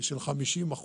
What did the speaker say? של 50%,